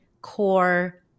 core